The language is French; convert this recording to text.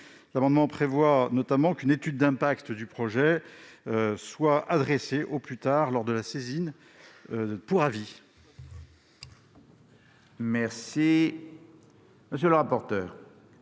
amendement prévoient notamment qu'une étude d'impact du projet leur soit adressée au plus tard lors de leur saisine pour avis.